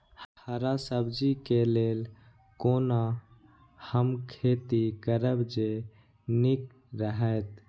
हरा सब्जी के लेल कोना हम खेती करब जे नीक रहैत?